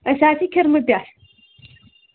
اَسہِ حظ چھِ کھِرمہٕ پٮ۪ٹھ